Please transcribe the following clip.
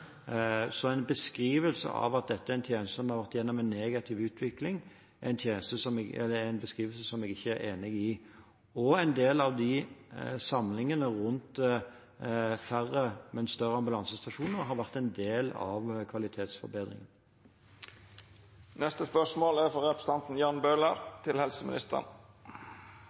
En beskrivelse av at dette er en tjeneste som har vært gjennom en negativ utvikling, er en beskrivelse som jeg ikke er enig i. Samlingen rundt færre, men større ambulansestasjoner har vært en del av kvalitetsforbedringen. Jeg tillater meg å stille følgende spørsmål til helseministeren: